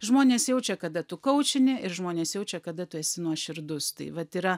žmonės jaučia kada tu kaučini ir žmonės jaučia kada tu esi nuoširdus tai vat yra